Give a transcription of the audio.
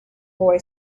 boy